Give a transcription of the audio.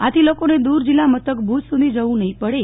આથી લોકોને દૂર જિલ્લા મથક ભુજ સુધી જવુ નહીં પડે